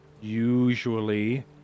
usually